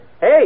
Hey